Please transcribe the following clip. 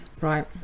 Right